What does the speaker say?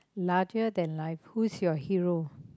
larger than life who's your hero